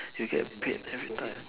you get paid every time